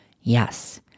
Yes